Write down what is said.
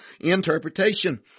interpretation